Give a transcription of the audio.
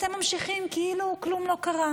ואתם ממשיכים כאילו כלום לא קרה.